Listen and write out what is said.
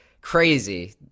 Crazy